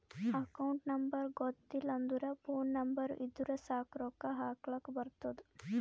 account number ಗೊತ್ತಿಲ್ಲ ಅಂದುರ್ phone number ಇದ್ದುರ್ ಸಾಕ್ ರೊಕ್ಕಾ ಹಾಕ್ಲಕ್ ಬರ್ತುದ್